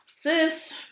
Sis